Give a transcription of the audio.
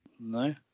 No